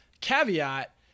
Caveat